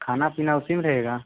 खाना पीना उसी में रहेगा